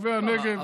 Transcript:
מרחבי הנגב, למה?